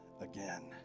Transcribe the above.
again